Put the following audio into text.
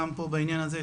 גם פה בעניין הזה,